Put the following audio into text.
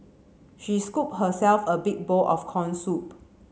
she scooped herself a big bowl of corn soup